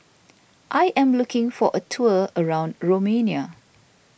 I am looking for a tour around Romania